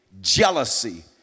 jealousy